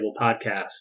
podcast